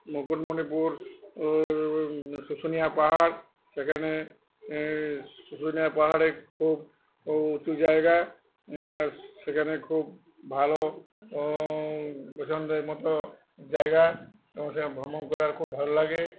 মুকুটমণিপুর শুশুনিয়া পাহাড় সেখানে শুশুনিয়া পাহাড়ে খুব উঁচু জায়গা সেখানে খুব ভালো পছন্দের মতো জায়গা এবং সেখানে ভ্রমণ করা খুব ভালো লাগে